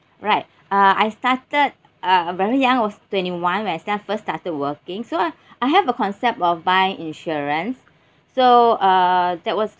right uh I started uh very young was twenty one when I start first started working so I have a concept of buy insurance so uh that was